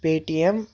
pay T M